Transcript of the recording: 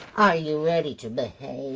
ah you ready to behave?